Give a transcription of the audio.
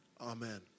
Amen